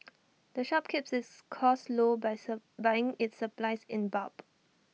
the shop keeps its costs low by serve buying its supplies in bulk